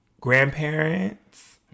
grandparents